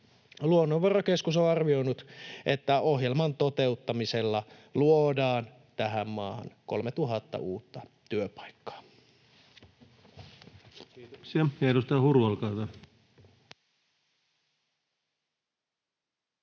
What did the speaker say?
Luonnonvarakeskus on arvioinut, että ohjelman toteuttamisella luodaan tähän maahan 3 000 uutta työpaikkaa. [Speech 512] Speaker: